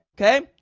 okay